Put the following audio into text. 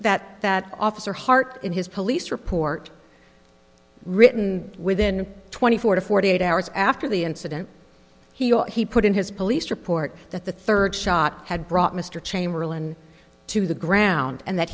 that that officer hart in his police report written within twenty four to forty eight hours after the incident he or he put in his police report that the third shot had brought mr chamberlain to the ground and that